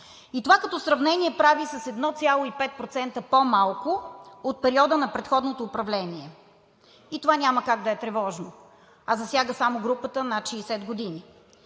и това като сравнение прави с 1,5% по малко от периода на предходното управление. И това няма как да е тревожно, а засяга само групата над 60 години.